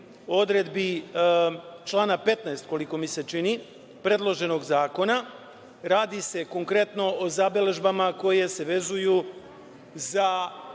odredbi člana 15, koliko mi se čini, predloženog zakona. Radi se konkretno o zabeležbama koje se vezuju za